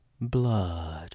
Blood